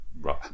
Right